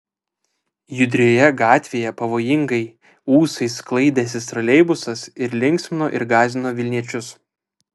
judrioje gatvėje pavojingai ūsais sklaidęsis troleibusas ir linksmino ir gąsdino vilniečius